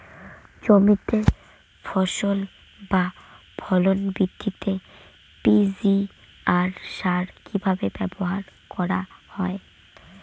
জমিতে ফসল বা ফলন বৃদ্ধিতে পি.জি.আর সার কীভাবে ব্যবহার করা হয়?